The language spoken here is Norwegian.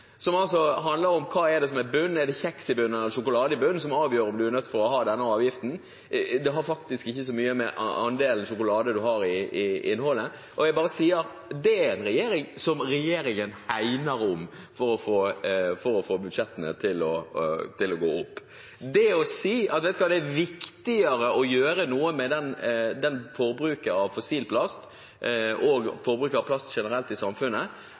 som altså handler om hva som er i bunn. Er det kjeks i bunn, eller er det sjokolade i bunn? Det er det som avgjør om man er nødt til å ha denne avgiften. Det har faktisk ikke så mye å gjøre med andelen sjokolade. Det er en avgift som regjeringen hegner om for å få budsjettene til å gå opp. Det å si at det er viktig å gjøre noe med forbruket av fossil plast og plast generelt i samfunnet,